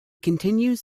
continues